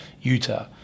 Utah